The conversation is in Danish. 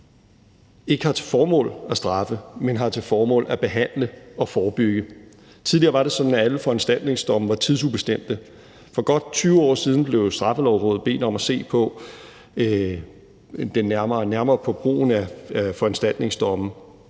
ikke har til formål at straffe, men har til formål at behandle og forebygge. Tidligere var det sådan, at alle foranstaltningsdomme var tidsubestemte. For godt 20 år siden blev Straffelovsrådet bedt om at se nærmere på brugen af foranstaltningsdomme,